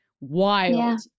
wild